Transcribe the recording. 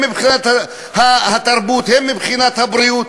הן מבחינת התרבות והן מבחינת הבריאות,